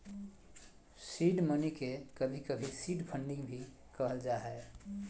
seed money के कभी कभी सीड फंडिंग भी कहल जा हय